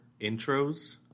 intros